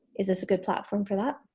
is this a good platform for that?